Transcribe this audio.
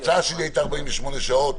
ההצעה שלי הייתה 48 שעות,